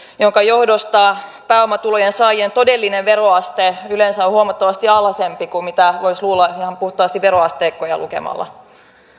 joiden johdosta pääomatulojen saajien todellinen veroaste yleensä on huomattavasti alhaisempi kuin mitä voisi luulla ihan puhtaasti veroasteikkoja lukemalla